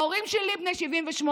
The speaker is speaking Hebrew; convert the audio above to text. ההורים שלי בני 78,